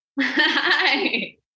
Hi